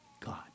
God